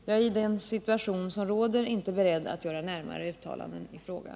Jag är i den situation som råder inte beredd att göra närmare uttalanden i frågan.